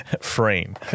frame